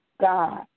God